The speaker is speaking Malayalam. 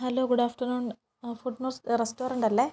ഹലോ ഗുഡ് ആഫ്റ്റർനൂൺ ആ ഫുഡ് റെസ്റ്റോറന്റ് അല്ലേ